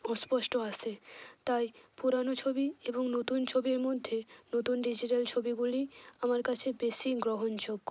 অস্পষ্ট আসে তাই পুরনো ছবি এবং নতুন ছবির মধ্যে নতুন ডিজিটাল ছবিগুলি আমার কাছে বেশি গ্রহণযোগ্য